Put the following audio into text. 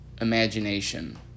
imagination